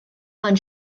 man